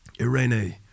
Irene